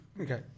Okay